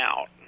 out